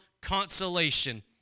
consolation